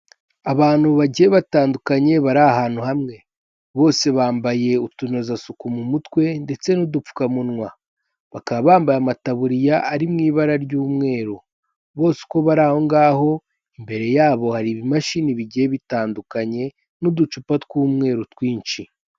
Abantu bagiye batandukanye bari ahantu hamwe bose bambaye utunozasuku mu mutwe ndetse n'udupfukamunwa. Bakaba bambaye amataburiya ari mu ibara ry'umweru. Bose uko bari aho ngaho imbere yabo hari ibimashini bigiye bitandukanye n'uducupa tw'umweru twinshi.